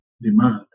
demand